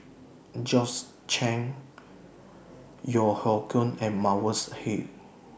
Georgette Chen Yeo Hoe Koon and Mavis Hee